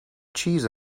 cheese